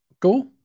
cool